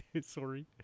Sorry